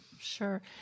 sure